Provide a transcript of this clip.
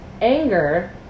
anger